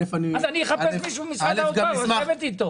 אז אני אחפש מישהו ממשרד האוצר לשבת אתו.